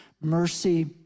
mercy